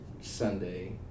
Sunday